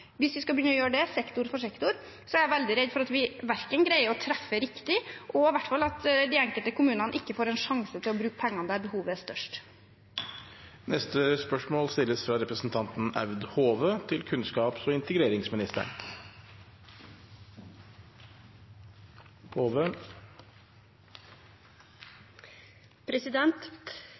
Hvis vi skal begynne å gjøre det, sektor for sektor, er jeg veldig redd for at vi verken greier å treffe riktig, eller at de enkelte kommunene får en sjanse til å bruke pengene der behovet er størst. «På spørsmål fra